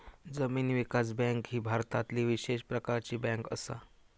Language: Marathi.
जमीन विकास बँक ही भारतातली विशेष प्रकारची बँक असा